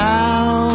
Now